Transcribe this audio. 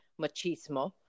machismo